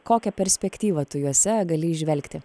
kokią perspektyvą tu juose gali įžvelgti